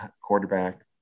quarterback